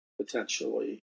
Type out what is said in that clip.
potentially